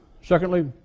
Secondly